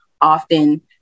often